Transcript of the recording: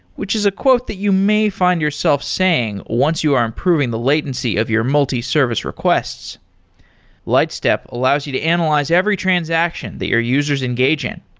which is a quote that you may find yourself saying once you are improving the latency of your multi-service requests lightstep allows you to analyze every transaction that your users engage in.